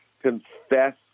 Confess